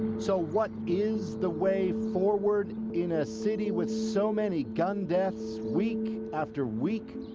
so what is the way forward in a city with so many gun deaths week after week?